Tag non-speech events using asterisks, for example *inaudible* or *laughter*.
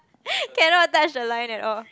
*laughs* cannot touch the line at all